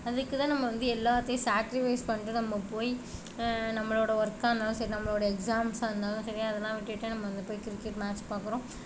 அதுக்குதான் நம்ம வந்து எல்லாத்தையும் ஸேக்ரிஃபைஸ் பண்ணிவிட்டு நம்ம போய் நம்மளோட ஒர்க்கா இருந்தாலும் சரி நம்மளோட எக்ஸாம்ஸாக இருந்தாலும் சரி அதெல்லாம் விட்டுட்டு நம்ப வந்து போய் கிரிக்கெட் மேட்ச் பாக்குறோம்